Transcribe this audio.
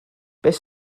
beth